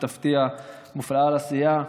שותפתי המופלאה לסיעה,